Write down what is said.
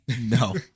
No